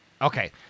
Okay